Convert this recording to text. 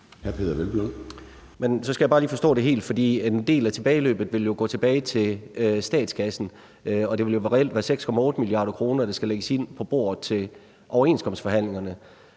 Peder Hvelplund (EL): Så skal jeg bare lige forstå det helt, for en del af tilbageløbet vil jo gå tilbage til statskassen, og det vil jo reelt være 6,8 mia. kr., der skal lægges ind på bordet til overenskomstforhandlingerne.